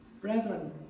Brethren